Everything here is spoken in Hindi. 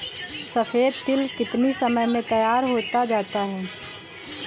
सफेद तिल कितनी समय में तैयार होता जाता है?